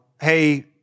hey